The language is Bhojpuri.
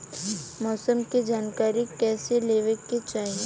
मौसम के जानकारी कईसे लेवे के चाही?